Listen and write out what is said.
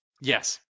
Yes